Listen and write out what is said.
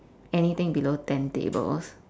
anything below ten tables